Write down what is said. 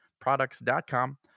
products.com